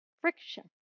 friction